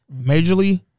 majorly